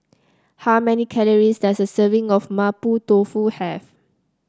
how many calories does a serving of Mapo Tofu have